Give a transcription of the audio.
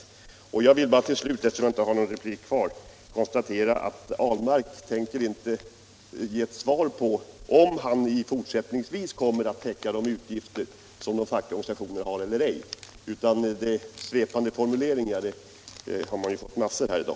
Eftersom jag inte har någon replikrätt kvar vill jag slutligen bara konstatera att herr Ahlmark inte tänker ge något svar på huruvida han fortsättningsvis kommer att täcka de fackliga organisationernas utgifter eller inte. Svepande formuleringar har vi fått höra massor av här i dag.